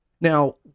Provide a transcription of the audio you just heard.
Now